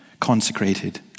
consecrated